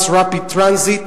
Bus Rapid Transit ,